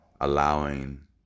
allowing